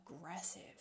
aggressive